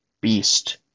beast